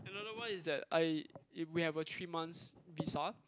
another one is that I if we have a three months visa